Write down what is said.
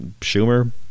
Schumer